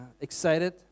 excited